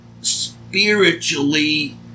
spiritually